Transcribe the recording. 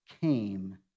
came